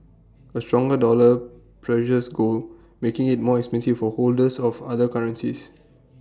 A stronger dollar pressures gold making IT more expensive for holders of other currencies